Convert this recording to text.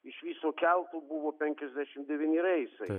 iš viso keltų buvo penkiasdešimt devyni reisai